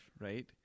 right